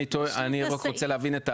אני רק רוצה להבין את ההליך,